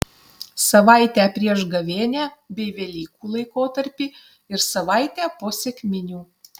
savaitę prieš gavėnią bei velykų laikotarpį ir savaitę po sekminių